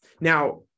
Now